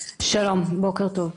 שלום, בוקר טוב.